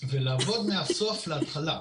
ולעבוד מהסוף להתחלה.